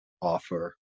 offer